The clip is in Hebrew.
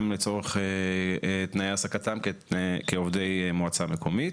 לצורך תנאי העסקתם כעובדי מועצה מקומית.